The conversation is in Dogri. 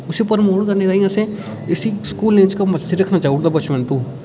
उसी प्रमोट करने ताईं असें इसी स्कूलें च कंप्लसिरी रक्खना चाही ओड़दा बचपन तू